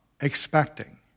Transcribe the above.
expecting